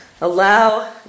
Allow